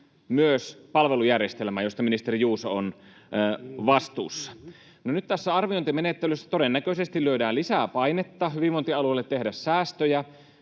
myös palvelujärjestelmää, josta ministeri Juuso on vastuussa. No, nyt tässä arviointimenettelyssä todennäköisesti lyödään lisää painetta hyvinvointialueille tehdä säästöjä,